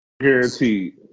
guaranteed